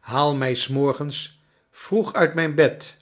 haal mij s morgens vroeg ut mijn bed